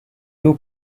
two